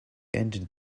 ended